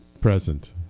present